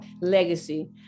legacy